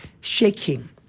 shaking